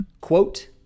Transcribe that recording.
quote